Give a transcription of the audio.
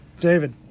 David